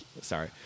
Sorry